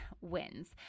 wins